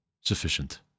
sufficient